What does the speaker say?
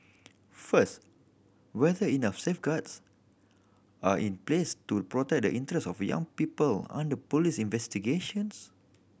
first whether enough safeguards are in place to protect the interest of young people under police investigations